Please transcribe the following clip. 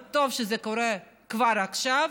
וטוב שזה קורה כבר עכשיו,